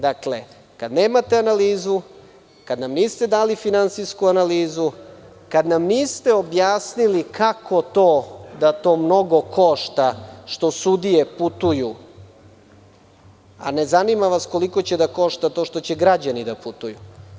Dakle, kada nemate analizu, kada nam niste dali finansijsku analizu, kada nam niste objasnili kako to da to mnogo košta što sudije putuju, a ne zanima vas koliko će da košta to što će građani da putuju.